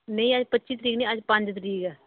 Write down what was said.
नेईं अज्ज पं'जी निं पंज तरीक ऐ